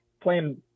playing